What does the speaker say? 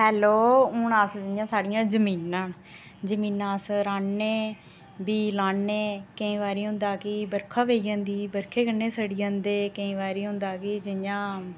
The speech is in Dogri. हैलो हुन अस जियां स्हाड़ियां जमीनां न जमीनां अस राह्ने बी लाने केईं बारी हुंदा कि बर्खा् पेई जंदी बर्खे कन्नै सड़ी जंदे केईं बारी हुंदा कि जियां